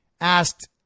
asked